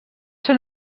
són